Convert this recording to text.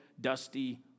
dusty